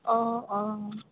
অঁ অঁ